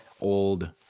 old